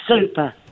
super